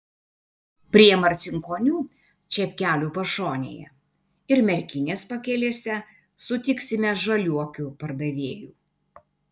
prie marcinkonių čepkelių pašonėje ir merkinės pakelėse sutiksime žaliuokių pardavėjų